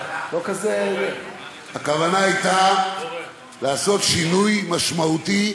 הכוונה הייתה לעשות שינוי משמעותי